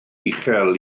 uchel